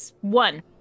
one